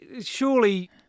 Surely